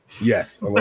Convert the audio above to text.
Yes